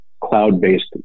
cloud-based